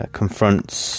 confronts